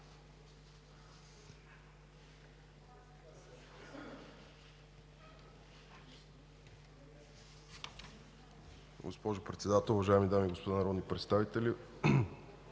господин Председател, уважаеми дами и господа народни представители,